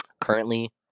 currently